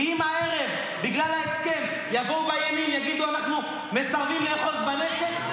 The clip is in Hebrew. כי אם הערב בגלל ההסכם יבואו בימין ויגידו: אנחנו מסרבים לאחוז בנשק,